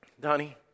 Donnie